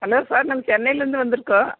hello sir நாங்கள் சென்னையிலேருந்து வந்திருக்கோம்